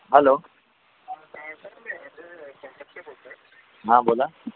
hello हा बोला